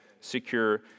secure